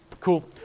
Cool